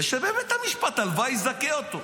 ושבית המשפט, הלוואי יזכה אותו.